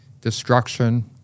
destruction